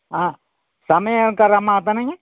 ஆ சமையல்கார அம்மா தானங்க